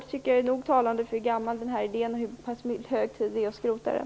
Det tycker jag talar för att det är hög tid att skrota den här gamla idén.